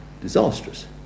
disastrous